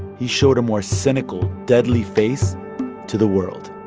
he showed a more cynical, deadly face to the world